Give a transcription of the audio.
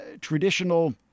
traditional